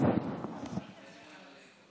קודם כול אני רוצה